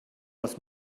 was